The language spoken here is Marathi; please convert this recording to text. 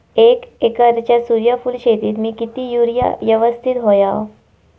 एक एकरच्या सूर्यफुल शेतीत मी किती युरिया यवस्तित व्हयो?